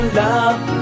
love